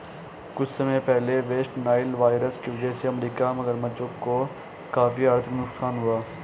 कुछ समय पहले वेस्ट नाइल वायरस की वजह से अमेरिकी मगरमच्छों का काफी आर्थिक नुकसान हुआ